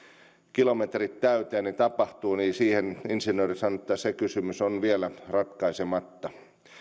kilometrit tulleet täyteen niin siihen insinööri sanoi että se kysymys on vielä ratkaisematta